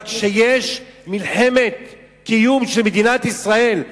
אבל כשיש מלחמת קיום של מדינת ישראל,